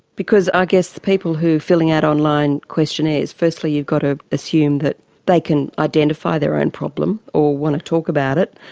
because i guess the people who are filling out online questionnaires, firstly you've got to assume that they can identify their own problem or want to talk about it,